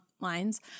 lines